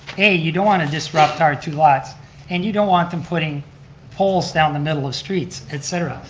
a, you don't want to disrupt our two lots and you don't want them putting poles down the middle of streets, et cetera.